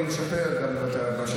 גם זה קורה.